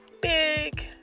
big